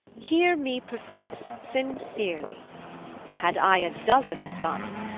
hear me profess sincerely had i a dozen sons,